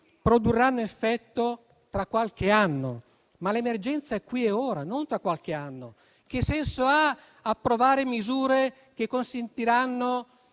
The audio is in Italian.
produrranno effetto tra qualche anno. Ma l'emergenza è qui e ora, non tra qualche anno. Che senso ha approvare misure che consentiranno